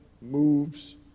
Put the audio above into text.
moves